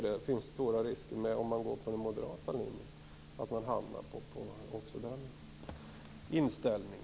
Det finns stora risker för det om man går på den moderata linjen och hamnar på den inställningen.